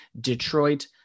detroit